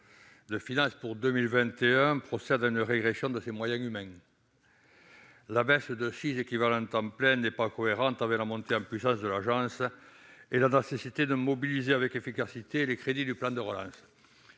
de finances pour 2021 procède à une régression de ses moyens humains. La baisse de six équivalents temps plein n'est pas cohérente avec la montée en puissance de l'agence et la nécessité de mobiliser avec efficacité les crédits du plan de relance.